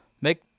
Make